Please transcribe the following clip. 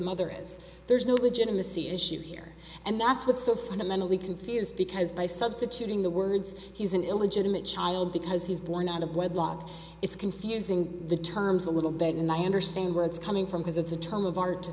mother is there's no legitimacy issue here and that's what's so fundamentally confused because by substituting the words he's an illegitimate child because he's born out of wedlock it's confusing the terms a little bag and i understand where it's coming from because it's a term of art to